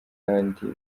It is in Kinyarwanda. kandi